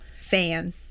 fan